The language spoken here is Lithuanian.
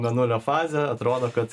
mėnulio fazė atrodo kad